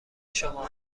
شما